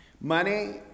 money